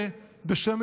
תשובו הביתה בשלום